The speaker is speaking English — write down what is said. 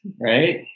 right